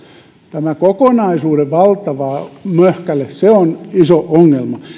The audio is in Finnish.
tämä kokonaisuuden valtava möhkäle on iso ongelma